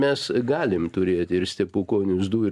mes galim turėti ir stepukonius du ir